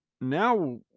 now